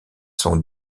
sont